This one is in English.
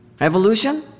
Evolution